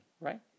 right